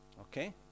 okay